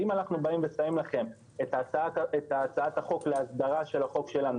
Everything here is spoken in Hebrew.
אם אנחנו באים ושמים לכם את הצעת החוק להסדרה של החוק שלנו,